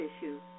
issues